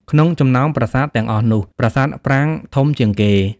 ក្នុងចំណោមប្រាសាទទាំងអស់នោះ ប្រាសាទប្រាង្គធំជាងគេ ។